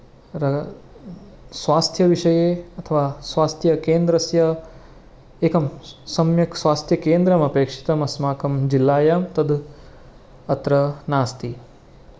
तत्र स्वास्थ्यविषये अथवा स्वास्थ्यकेन्द्रस्य एकं सम्यक् स्वास्थ्यकेन्द्रम् अपेक्षितम् अस्माकं जिल्लायां तद् अत्र नास्ति